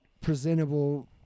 presentable